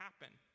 happen